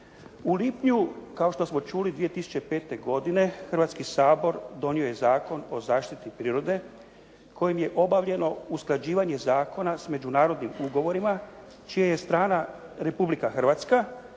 U lipnju kao što smo čuli 2005. godine Hrvatski sabor donio je Zakon o zaštiti prirode kojim je obavljeno usklađivanje zakona sa međunarodnim ugovorima čija je strana Republika Hrvatska,